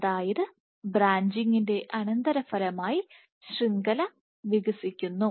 അതായത് ബ്രാഞ്ചിങ്ങിന്റെ അനന്തരഫലമായി ശൃംഖല വികസിക്കുന്നു